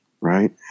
right